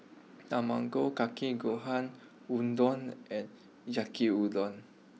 Tamago Kake Gohan Udon and Yaki Udon